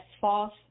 false